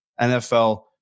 NFL